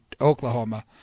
Oklahoma